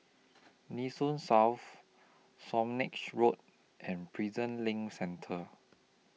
Nee Soon South Swanage Road and Prison LINK Centre